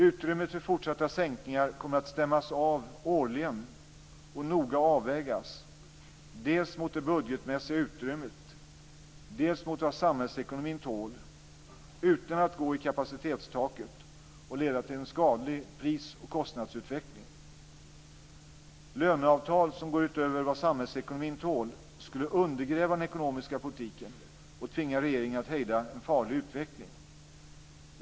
Utrymmet för fortsatta sänkningar kommer att stämmas av årligen och noga avvägas, dels mot det budgetmässiga utrymmet, dels mot vad samhällsekonomin tål utan att gå i kapacitetstaket och leda till en skadlig pris och kostnadsutveckling. Löneavtal som går utöver vad samhällsekonomin tål skulle undergräva den ekonomiska politiken och tvinga regeringen att hejda en farlig utveckling.